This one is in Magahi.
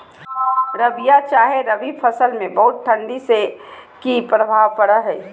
रबिया चाहे रवि फसल में बहुत ठंडी से की प्रभाव पड़ो है?